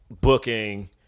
booking